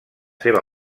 seva